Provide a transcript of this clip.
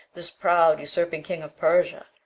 this proud usurping king of persia,